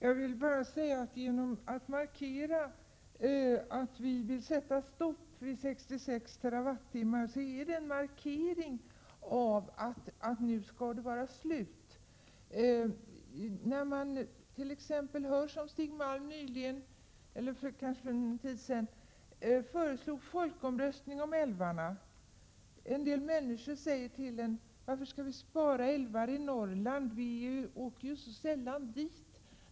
Herr talman! Vi vill, genom att säga att man skall sätta stopp för en utbyggnad av vattenkraften utöver nivån 66 TWh per år, göra en markering. Stig Malm föreslog t.ex. för en tid sedan en folkomröstning om älvarna. En del människor säger: Varför skall vi spara älvarna i Norrland? Vi åker ju så sällan dit.